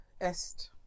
est